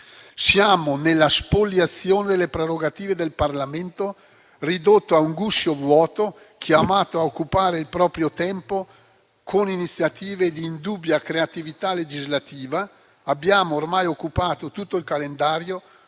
Siamo alla spoliazione delle prerogative del Parlamento, ridotto a un guscio vuoto, chiamato a occupare il proprio tempo con iniziative di indubbia creatività legislativa. Abbiamo ormai occupato tutto il calendario